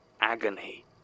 agony